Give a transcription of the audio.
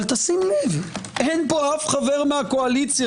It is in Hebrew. שים לב - אין פה אף חבר מהקואליציה